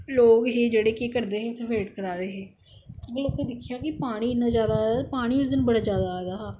लोक है जेहडे़ केह् करदे है बेट करा दे है लोकें दिक्खेआ कि पानी इना ज्यादा आए दा पानी उस दिन बड़ा ज्याद आएदा हा